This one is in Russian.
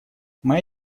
моя